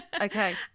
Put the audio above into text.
Okay